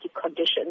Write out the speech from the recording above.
conditions